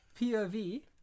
POV